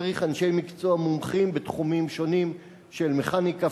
צריך אנשי מקצוע מומחים בתחומים שונים של מכניקה,